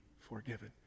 forgiven